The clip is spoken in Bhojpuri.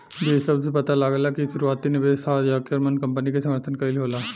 बीज शब्द से पता लागेला कि इ शुरुआती निवेश ह जेकर माने कंपनी के समर्थन कईल होला